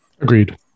Agreed